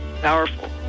powerful